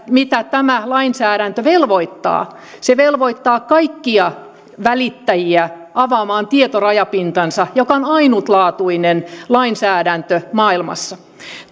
mitä tämä lainsäädäntö velvoittaa on että se velvoittaa kaikkia välittäjiä avaamaan tietorajapintansa mikä on ainutlaatuinen lainsäädäntö maailmassa